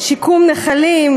שיקום נחלים,